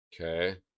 okay